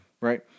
right